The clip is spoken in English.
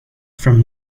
from